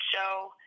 show